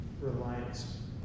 reliance